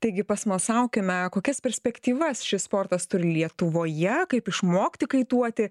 taigi pasmalsaukime kokias perspektyvas šis sportas turi lietuvoje kaip išmokti kaituoti